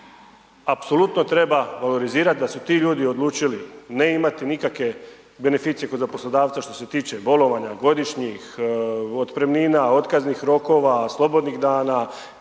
apsolutno treba valorizirat da su ti ljudi odlučili ne imati nikakve beneficije kod poslodavca što se tiče bolovanja, godišnjih, otpremnina, otkaznih rokova, slobodnih dana,